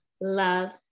love